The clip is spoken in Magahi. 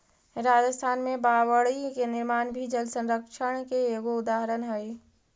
राजस्थान में बावडि के निर्माण भी जलसंरक्षण के एगो उदाहरण हई